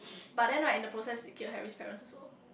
but then right in the process killed Harry's parents also